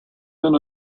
than